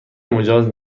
مجاز